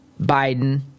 Biden